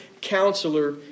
counselor